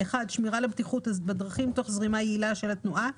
שמירה על הבטיחות בדרכים תוך זרימה יעילה של התנועה.